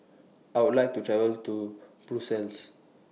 I Would like to travel to Brussels